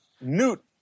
Newt